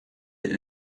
been